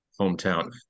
hometown